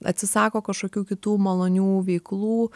atsisako kažkokių kitų malonių veiklų